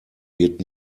wird